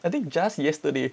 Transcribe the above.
I think just yesterday